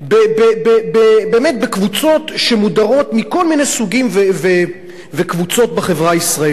באמת בקבוצות שמודרות מכל מיני סוגים וקבוצות בחברה הישראלית,